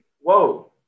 whoa